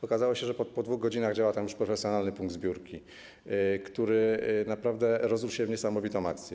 Okazało się, że po 2 godzinach działał tam już profesjonalny punkt zbiórki, który naprawdę rozrósł się w niesamowitą akcję.